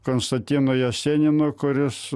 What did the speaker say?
konstantinu jeseninu kuris